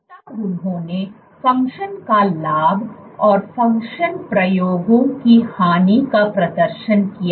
तब उन्होंने फंक्शन का लाभ और फंक्शन प्रयोगों की हानि का प्रदर्शन किया